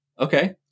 Okay